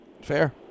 Fair